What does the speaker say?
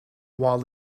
while